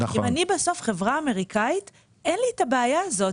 אם אני בסוף חברה אמריקאית, אין לי את הבעיה הזאת.